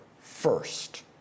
first